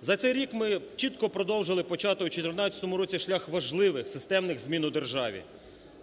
За цей рік ми чітко продовжили початок в 2014 році шлях важливих, системних змін в державі.